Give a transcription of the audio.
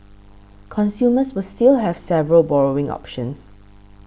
consumers will still have several borrowing options